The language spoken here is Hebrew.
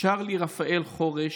צ'ארלי רפאל חורש,